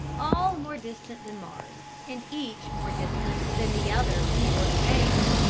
all more distant than mars, and each more distant than the other in the order named,